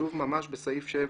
כתוב ממש בסעיף 7,